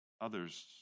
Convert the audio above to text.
others